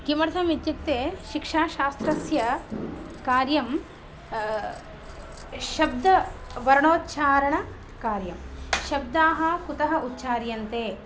किमर्थम् इत्युक्ते शिक्षाशास्त्रस्य कार्यं शब्दस्य वर्णोच्छारणकार्यं शब्दाः कुतः उच्चार्यन्ते